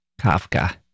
Kafka